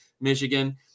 Michigan